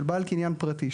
של בעל קניין פרטי,